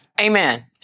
Amen